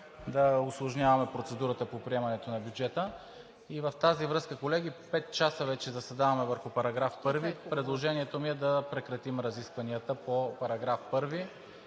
да усложняваме процедурата по приемането на бюджета. В тази връзка, колеги, пет часа вече заседаваме върху § 1. Предложението ми е да прекратим разискванията по § 1